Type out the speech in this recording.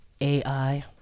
AI